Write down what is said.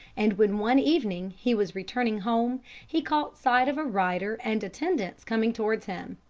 and when one evening he was returning home he caught sight of a rider and attendants coming towards him.